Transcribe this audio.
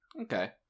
Okay